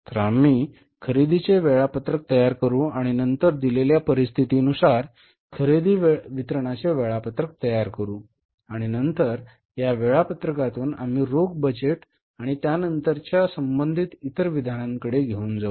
तर आम्ही खरेदीचे वेळापत्रक तयार करू आणि नंतर दिलेल्या परिस्थितीनुसार खरेदी वितरणाचे वेळापत्रक तयार करू आणि नंतर या वेळापत्रकातून आम्ही रोख बजेट आणि त्यानंतरच्या संबंधित इतर विधानांकडे घेऊन जाऊ